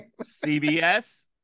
cbs